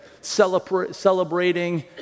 celebrating